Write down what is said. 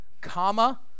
comma